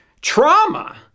trauma